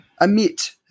emit